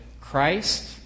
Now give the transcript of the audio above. Christ